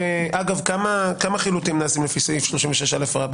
אגב כמה חילוטים נעשים לפי סעיף 36א?